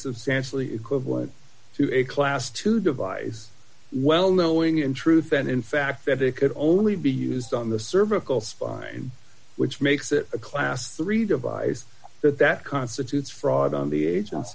substantially equivalent to a class to devise well knowing in truth that in fact that they could only be used on the cervical spine which makes it a class three device that that constitutes fraud on the age